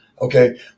okay